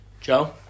Joe